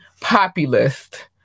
populist